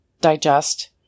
digest